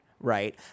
right